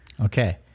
Okay